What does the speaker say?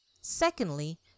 Secondly